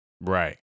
Right